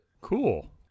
Cool